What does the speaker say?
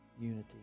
unity